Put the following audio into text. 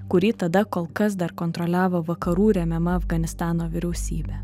kurį tada kol kas dar kontroliavo vakarų remiama afganistano vyriausybė